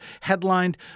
headlined